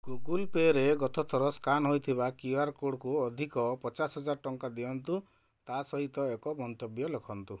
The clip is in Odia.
ଗୁଗଲ୍ ପେ ରେ ଗତ ଥର ସ୍କାନ ହୋଇଥିବା କ୍ୟୁ ଆର କୋଡ଼କୁ ଅଧିକ ପଚାଶ ହଜାର ଟଙ୍କା ଦିଅନ୍ତୁ ତା ସହିତ ଏକ ମନ୍ତବ୍ୟ ଲେଖନ୍ତୁ